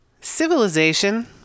civilization